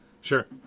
Sure